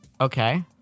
Okay